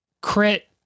Crit